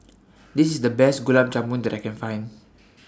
This IS The Best Gulab Jamun that I Can Find